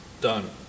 Done